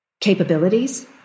capabilities